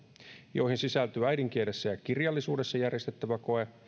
joihin sisältyvät äidinkielessä ja kirjallisuudessa järjestettävä koe